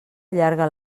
allarga